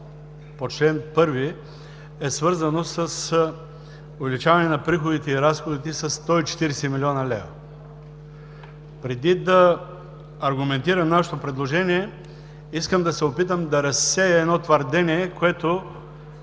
по чл. 1, е свързано с увеличаване на приходите и разходите със 140 млн. лв. Преди да аргументирам нашето предложение, искам да се опитам да разсея едно твърдение, което